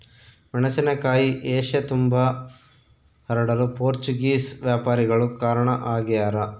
ಮೆಣಸಿನಕಾಯಿ ಏಷ್ಯತುಂಬಾ ಹರಡಲು ಪೋರ್ಚುಗೀಸ್ ವ್ಯಾಪಾರಿಗಳು ಕಾರಣ ಆಗ್ಯಾರ